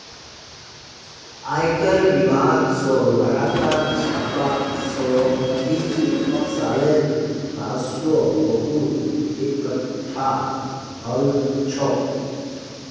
आयकरेर विभाग स लगातार छापा स इस सालेर राजस्व बहुत एकटठा हल छोक